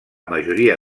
majoria